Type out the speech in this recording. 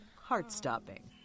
heart-stopping